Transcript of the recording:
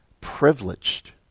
privileged